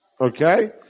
okay